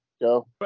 go